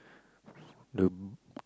the